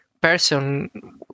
person